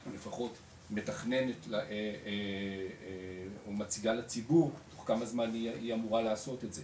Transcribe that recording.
או לפחות מתכננת או מציגה לציבור תוך כמה זמן היא אמורה לעשות את זה,